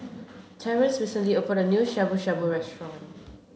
Terance recently opened a new Shabu shabu Restaurant